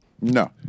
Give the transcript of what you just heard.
No